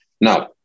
Now